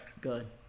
Good